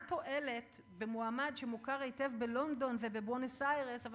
מה תועלת במועמד שמוכר היטב בלונדון ובבואנוס-איירס,